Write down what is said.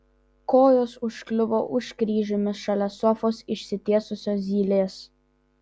kojos užkliuvo už kryžiumi šalia sofos išsitiesusio zylės